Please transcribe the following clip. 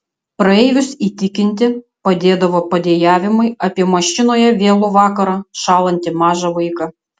praeivius įtikinti padėdavo padejavimai apie mašinoje vėlų vakarą šąlantį mažą vaiką